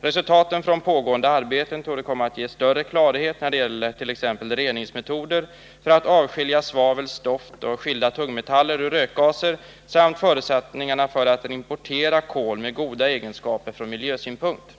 Resultaten från pågående arbeten torde komma att ge större klarhet när det gäller t.ex. reningsmetoder för att avskilja svavel, stoft och skilda tungmetaller ur rökgaser samt förutsättningarna för att importera kol med goda egenskaper från miljösynpunkt.